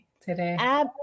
Today